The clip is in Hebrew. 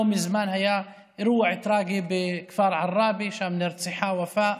לא מזמן היה אירוע טרגי בכפר עראבה שבו נרצחה ופאא,